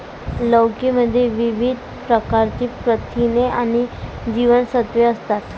लौकी मध्ये विविध प्रकारची प्रथिने आणि जीवनसत्त्वे असतात